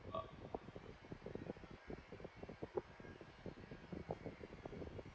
uh